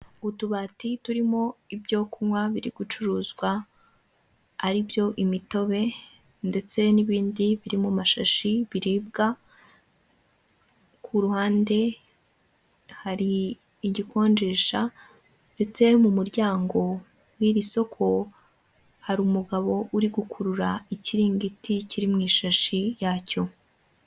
Utubati turimo ibyo kunywa biri gucuruzwa, ari byo imitobe, ndetse n'ibindi biri mu mashashi biribwa, ku ruhande hari igikonjesha, ndetse mu muryango w'iri soko hari umugabo uri gukurura ikiringiti kiri mu ishashi yacyo.